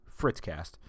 fritzcast